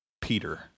Peter